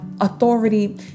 authority